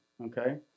Okay